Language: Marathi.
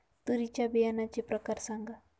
तूरीच्या बियाण्याचे प्रकार सांगा